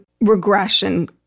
regression